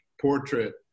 portrait